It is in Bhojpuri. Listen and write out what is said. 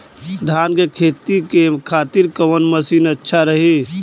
धान के खेती के खातिर कवन मशीन अच्छा रही?